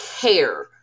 care